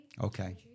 Okay